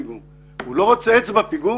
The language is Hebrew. אני לא רוצה עץ בפיגום.